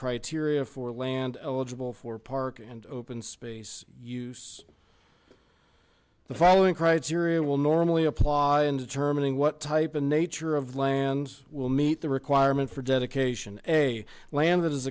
criteria for land eligible for parking and open space use the following criteria will normally apply in determining what type of nature of land will meet the requirement for dedication a land that is